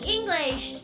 English